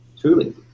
truly